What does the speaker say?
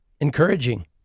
encouraging